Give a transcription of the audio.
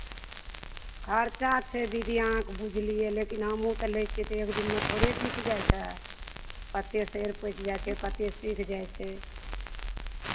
खर्चा छै दीदी अहाँके बुझलियै लेकिन हमहूँ तऽ लै छियै तऽ एक दिनमे थोड़े बिक जाइ छै कतेक सड़ि पचि जाइ छै कतेक सुखि जाइ छै